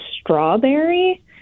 strawberry